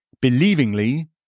believingly